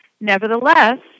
Nevertheless